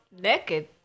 naked